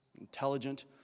intelligent